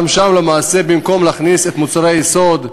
גם שם, למעשה, במקום להכניס את מוצרי היסוד,